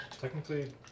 Technically